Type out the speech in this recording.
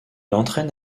entraine